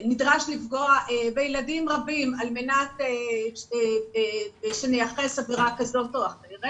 או נדרש לפגוע בילדים רבים על מנת שנייחס עבירה כזאת או אחרת.